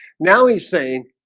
now he's saying